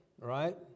right